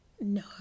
No